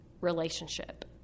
relationship